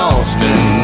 Austin